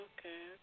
Okay